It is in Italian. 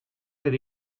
per